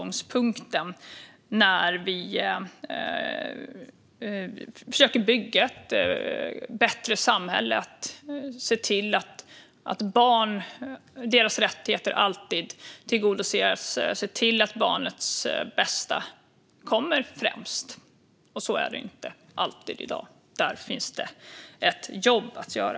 När vi försöker bygga ett bättre samhälle måste utgångspunkten vara att se till att barns rättigheter alltid tillgodoses och att barns bästa kommer främst. Så är det inte alltid i dag. Där finns det ett jobb att göra.